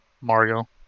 Mario